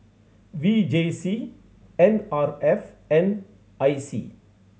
V J C N R F N I C